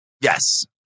Yes